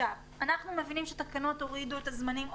אנחנו מבינים שהתקנות הורידו את הזמנים.